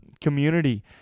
community